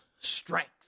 strength